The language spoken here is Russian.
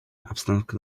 обстановка